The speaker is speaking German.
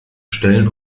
stellen